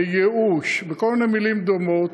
בייאוש ובכל מיני מילים דומות,